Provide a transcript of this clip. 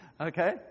Okay